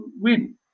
win